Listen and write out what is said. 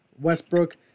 Westbrook